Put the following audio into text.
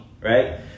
right